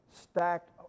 stacked